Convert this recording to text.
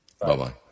Bye-bye